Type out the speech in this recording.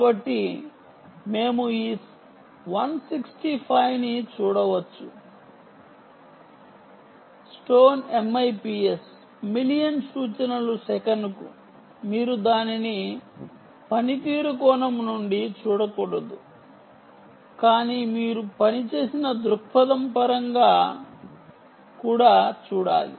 కాబట్టి మేము ఈ 165 ని చూడవచ్చు refer time 4154 stone MIPS million సూచనలు సెకనుకు మీరు దానిని పనితీరు కోణం నుండి చూడకూడదు కానీ మీరు పని చేసిన దృక్పథం పరంగా కూడా చూడాలి